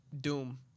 Doom